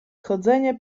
chodzenie